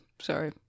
Sorry